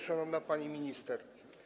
Szanowna Pani Minister!